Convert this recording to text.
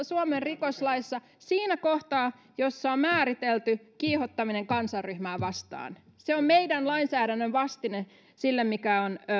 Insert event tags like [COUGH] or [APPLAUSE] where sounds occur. [UNINTELLIGIBLE] suomen rikoslaissa siinä kohdassa jossa on määritelty kiihottaminen kansanryhmää vastaan se on meidän lainsäädäntömme vastine sille mikä on esimerkiksi